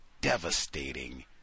devastating